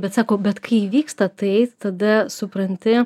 bet sako bet kai įvyksta tai tada supranti